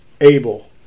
Abel